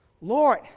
Lord